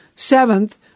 Seventh